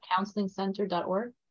counselingcenter.org